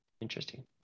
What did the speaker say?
interesting